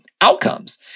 outcomes